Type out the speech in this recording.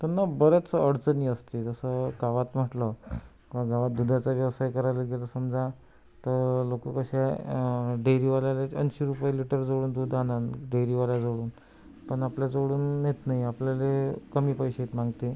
पण मग बरंच अडचणी असते जसं गावात म्हटलं तर गावात दुधाचा व्यवसाय करायला गेलो समजा तर लोक कसे डेअरीवाल्याला ऐंशी रुपये लीटर जाऊन दूध आणन डेअरीवाल्याजवळून पण आपल्या जवळून नेत नाही आपल्याला कमी पैशांत मागते